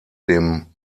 dem